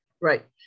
Right